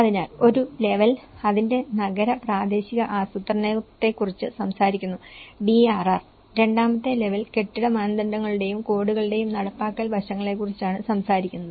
അതിനാൽ ഒരു ലെവൽ അതിന്റെ നഗര പ്രാദേശിക ആസൂത്രണത്തെക്കുറിച്ച് സംസാരിക്കുന്നു DRR രണ്ടാമത്തെ ലെവൽ കെട്ടിട മാനദണ്ഡങ്ങളുടെയും കോഡുകളുടെയും നടപ്പാക്കൽ വശങ്ങളെക്കുറിച്ചാണ് സംസാരിക്കുന്നത്